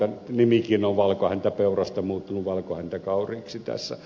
nimikin on valkohäntäpeurasta muuttunut valkohäntäkauriiksi tässä